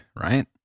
right